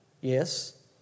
Yes